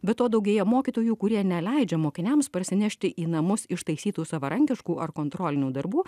be to daugėja mokytojų kurie neleidžia mokiniams parsinešti į namus ištaisytų savarankiškų ar kontrolinių darbų